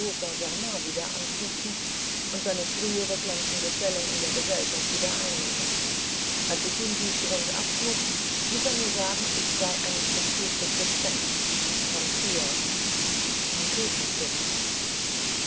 saint-germain wieder anknüpfen und seine frühere glänzende stellung in der gesellschaft wieder einnehmen als ich ihm dieses rund abschlug ließ er mir sagen ich sei ein verfluchtes gespenst ein vampir ein